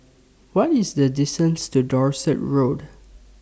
What IS The distance to Dorset Road